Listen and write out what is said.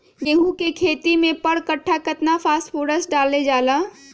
गेंहू के खेती में पर कट्ठा केतना फास्फोरस डाले जाला?